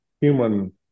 human